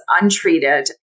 untreated